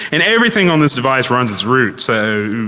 and everything on this device runs as root. so